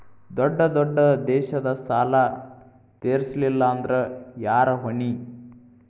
ದೊಡ್ಡ ದೊಡ್ಡ ದೇಶದ ಸಾಲಾ ತೇರಸ್ಲಿಲ್ಲಾಂದ್ರ ಯಾರ ಹೊಣಿ?